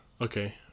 Okay